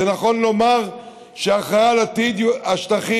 זה נכון לומר שההכרעה על עתיד השטחים,